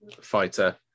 fighter